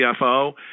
CFO